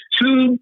two